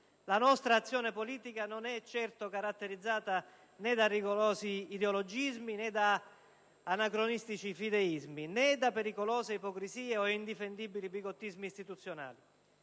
La nostra azione politica non è certo caratterizzata né da rigorosi ideologismi, né da anacronistici fideismi, né da pericolose ipocrisie o indifendibili bigottismi istituzionali.